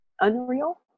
unreal